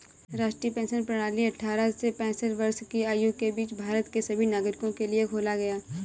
राष्ट्रीय पेंशन प्रणाली अट्ठारह से पेंसठ वर्ष की आयु के बीच भारत के सभी नागरिकों के लिए खोला गया